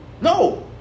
No